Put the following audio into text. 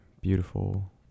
beautiful